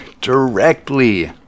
directly